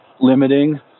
Limiting